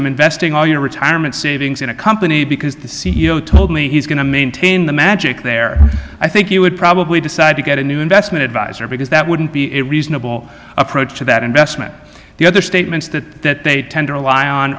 i'm investing all your retirement savings in a company because the c e o told me he's going to maintain the magic there i think you would probably decide to get a new investment advisor because that wouldn't be a reasonable approach to that investment the other statements that they tend to rely on